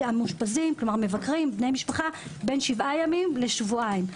של המאושפזים בין שבעה ימים לשבועיים.